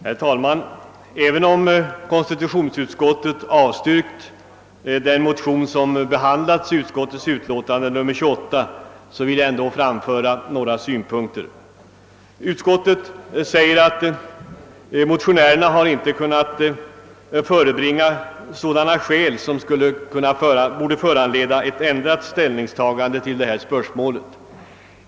Herr talman! Trots att konstitutionsutskottet avstyrkt den motion som behandlas i dess utlåtande nr 28 vill jag ändå framföra några synpunkter. Utskottet framhåller att motionärerna inte anför sådana skäl som borde föranleda ett ändrat ställningstagande till detta spörsmål.